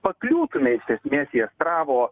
pakliūtume iš esmės į astravo